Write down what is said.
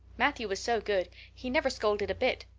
matthew was so good. he never scolded a bit.